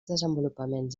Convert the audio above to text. desenvolupaments